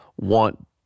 want